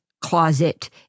closet